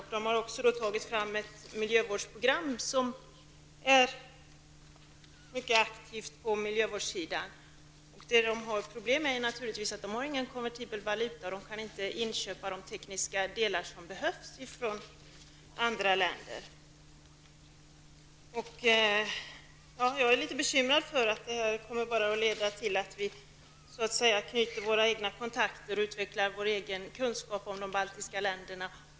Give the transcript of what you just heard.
Man har också tagit fram ett miljövårdsprogram som innebär mycket aktiva insatser på miljövårdssidan. Problemet är naturligtvis att man inte har någon konvertibel valuta och att man inte från andra länder kan köpa in de tekniska delar som behövs. Jag är litet bekymrad över att den här verksamheten endast kommer att leda till att vi så att säga knyter våra egna kontakter och utvecklar vår egen kunskap om de baltiska länderna.